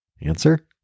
Answer